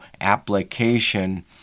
application